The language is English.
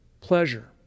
Pleasure